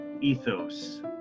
ethos